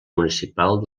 municipal